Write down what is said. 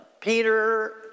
Peter